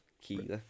key